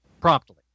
promptly